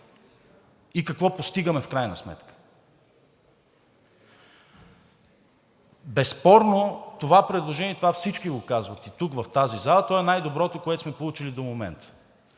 и какво постигаме в крайна сметка. Безспорно това предложение, и това всички го казват, и тук в тази зала, то е най-доброто, което сме получили до момента.